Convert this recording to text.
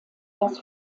das